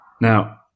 now